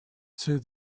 said